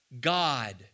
God